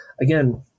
again